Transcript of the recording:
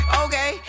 okay